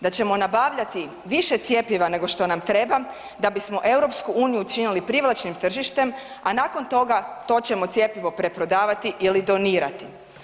Da ćemo nabavljati više cjepiva nego što nam treba da bi smo EU učinili privlačnim tržištem a nakon toga to ćemo cjepivo preprodavati ili donirati.